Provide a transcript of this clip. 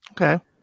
okay